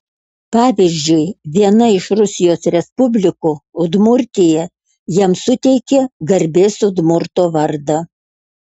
pavyzdžiui viena iš rusijos respublikų udmurtija jam suteikė garbės udmurto vardą